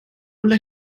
ulla